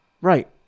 Right